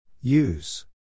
Use